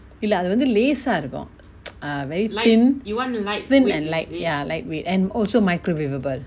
இல்ல அது வந்து லேசா இருக்கு:illa athu vanthu lesa iruku err very thin thin and light ya lightweight and also microwaveable